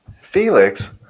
Felix